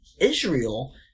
Israel